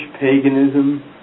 paganism